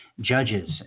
judges